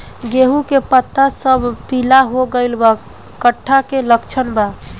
गेहूं के पता सब पीला हो गइल बा कट्ठा के लक्षण बा?